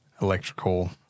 electrical